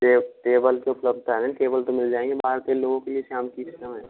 table की उपलब्धता है ना टेबल तो मिल जायेंगे ना बाहर के लोगों के लिए शाम की